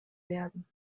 werden